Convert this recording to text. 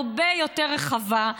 הרבה יותר רחבה,